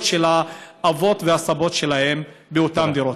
של האבות והסבים שלהם באותן דירות.